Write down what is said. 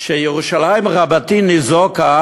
שירושלים רבתי ניזוקה